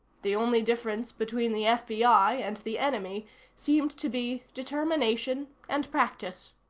the only difference between the fbi and the enemy seemed to be determination and practice.